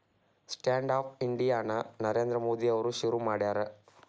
stand up India ನ ನರೇಂದ್ರ ಮೋದಿ ಅವ್ರು ಶುರು ಮಾಡ್ಯಾರ